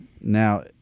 Now